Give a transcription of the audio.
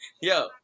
Yo